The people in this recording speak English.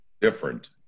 different